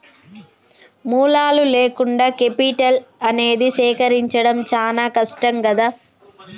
మూలాలు లేకుండా కేపిటల్ అనేది సేకరించడం చానా కష్టం గదా